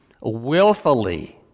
willfully